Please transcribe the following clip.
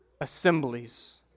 assemblies